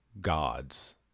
gods